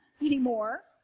anymore